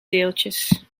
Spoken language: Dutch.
deeltjes